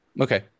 Okay